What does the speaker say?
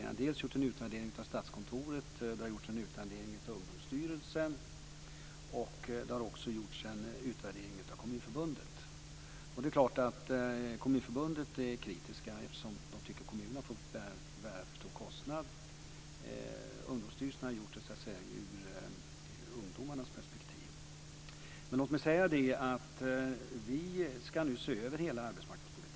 Det har dels gjorts en utvärdring av Statskontoret. Det har gjorts en utvärdering av Ungdomsstyrelsen, och det har också gjorts en utvärdering av Kommunförbundet. Det är klart att Kommunförbundet är kritiskt, eftersom de tycker att kommunerna får bära för stor kostnad. Ungdomsstyrelsen har gjort en utvärdering ur ungdomarnas perspektiv. Men låt mig säga att vi nu ska se över hela arbetsmarknadspolitiken.